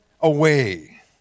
away